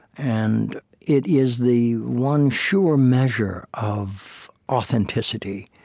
and it is the one sure measure of authenticity,